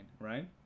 right